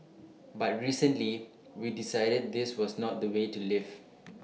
but recently we decided this was not the way to live